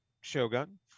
Shogun